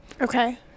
okay